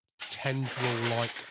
tendril-like